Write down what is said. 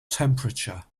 temperature